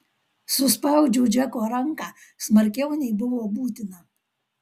suspaudžiau džeko ranką smarkiau nei buvo būtina